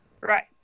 Right